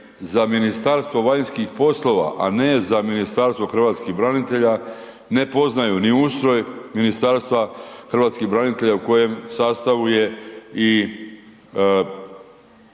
za Ministarstvo vanjskih poslova a ne za Ministarstvo hrvatskih branitelja, ne poznaju ni ustroj Ministarstva hrvatskih branitelja, u kojem sastavu je i